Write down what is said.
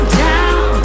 down